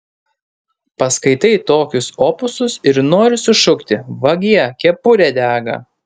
paskaitai tokius opusus ir nori sušukti vagie kepurė dega